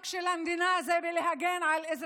לא,